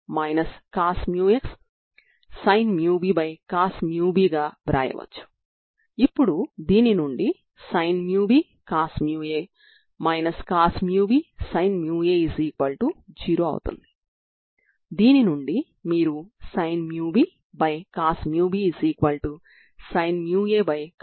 కాబట్టి దీని నుండి 0 ఐగెన్ విలువ కాదు